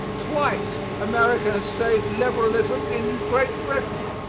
twice america has saved liberalism in great britain.